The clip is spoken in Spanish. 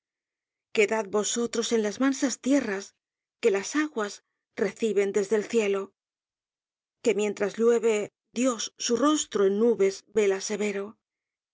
anhelo quedad vosotros en las mansas tierras que las aguas reciben desde el cielo que mientras llueve dios su rostro en nubes vela severo